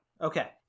Okay